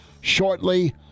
shortly